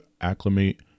acclimate